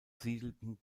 siedelten